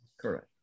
Correct